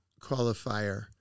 qualifier